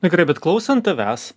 na gerai bet klausant tavęs